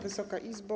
Wysoka Izbo!